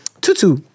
Tutu